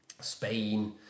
Spain